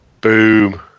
Boom